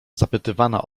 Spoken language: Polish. zapytywana